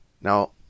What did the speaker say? Now